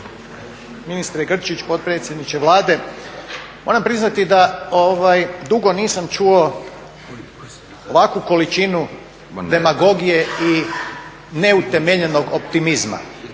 ministre Grčić, potpredsjedniče Vlade, moram priznati da dugo nisam čuo ovakvu količinu demagogije i neutemeljenog optimizma.